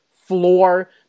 floor